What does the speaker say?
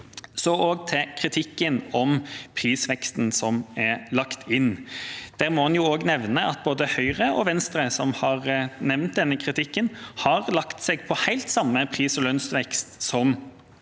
Så til kritikken av prisveksten som er lagt inn. Der må en også nevne at både Høyre og Venstre, som har kommet med denne kritikken, har lagt seg på helt samme pris- og lønnsvekst som